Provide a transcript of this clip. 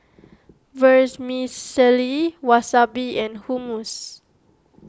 Vermicelli Wasabi and Hummus